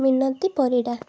Minati Parida